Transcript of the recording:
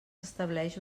estableix